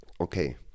okay